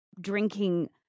drinking